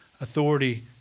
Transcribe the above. authority